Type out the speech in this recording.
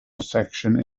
section